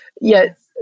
Yes